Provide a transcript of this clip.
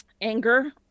anger